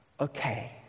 okay